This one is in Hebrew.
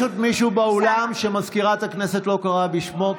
יש עוד מישהו באולם שמזכירת הכנסת לא קראה בשמו?